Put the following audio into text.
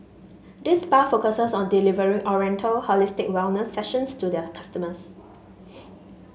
this spa focuses on delivering oriental holistic wellness sessions to their customers